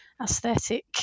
aesthetic